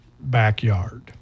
backyard